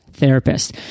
therapist